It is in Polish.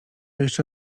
jeszcze